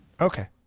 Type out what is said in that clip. Okay